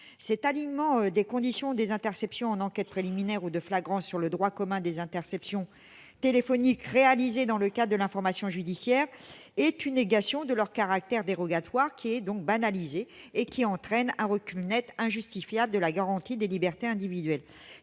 tel alignement des conditions des interceptions en enquête préliminaire ou de flagrance sur le droit commun des interceptions téléphoniques réalisées dans le cadre de l'information judiciaire est une négation de leur caractère dérogatoire, qui est donc banalisé. Cela entraîne un recul net et injustifiable de la garantie des libertés individuelles.